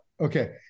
Okay